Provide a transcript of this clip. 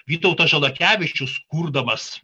vytautas žalakevičius kurdamas